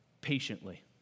Patiently